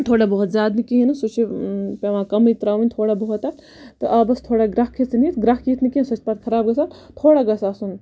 تھوڑا بہت زیاد نہٕ کِہیٖۍ نہٕ سُہ چھ پیٚوان کمے تھوڑا بہت تَتھ تہٕ آبَس تھوڑا گرکھ ہیٚژٕن یِتھ گرکھ یِتھ نہٕ کینٛہہ سۄ چھِ پَتہٕ خَراب گَژھان تھورا گَژھِ آسُن